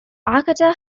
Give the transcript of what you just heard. arcata